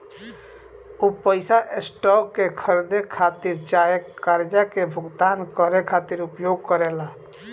उ पइसा स्टॉक के खरीदे खातिर चाहे खर्चा के भुगतान करे खातिर उपयोग करेला